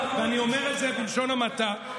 ואני אומר את זה בלשון המעטה.